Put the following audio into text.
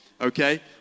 okay